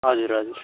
हजुर हजुर